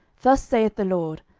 thus saith the lord,